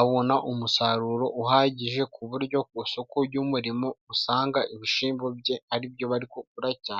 abona umusaruro uhagije, ku buryo ku isoko ry'umurimo usanga ibishyimbo bye ari byo bari kugura cyane.